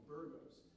Burgos